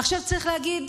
עכשיו, צריך להגיד,